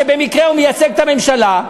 שבמקרה מייצג את הממשלה,